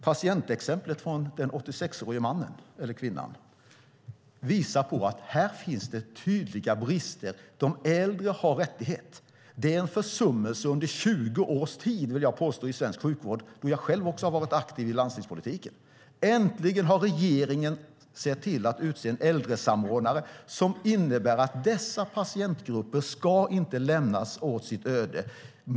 Patientexemplet med 86-åringen visar att det här finns tydliga brister. De äldre har rättigheter. Det är en försummelse under 20 års tid i svensk sjukvård, vill jag påstå, då jag själv också har varit aktiv i landstingspolitiken. Äntligen har regeringen utsett en äldresamordnare, vilket innebär att dessa patientgrupper inte ska lämnas åt sitt öde.